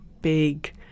big